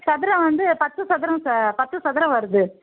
சதுரம் வந்து பத்து சதுரம் சார் பத்து சதுரம் வருது